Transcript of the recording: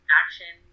action